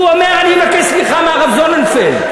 שהוא אומר: אני אבקש סליחה מהרב זוננפלד.